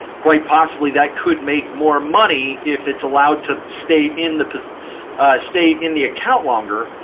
quite possibly, that could make more money if it's allowed to stay in the state in the account longer.